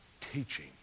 teaching